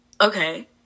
Okay